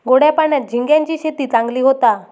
गोड्या पाण्यात झिंग्यांची शेती चांगली होता